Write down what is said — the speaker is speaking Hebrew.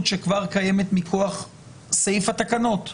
שכבר קיימת מכוח סעיף התקנות -- ההסמכה.